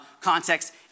context